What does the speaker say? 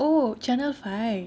oh channel five